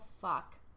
fuck